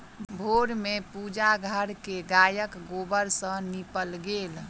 भोर में पूजा घर के गायक गोबर सॅ नीपल गेल